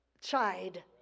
Chide